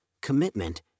commitment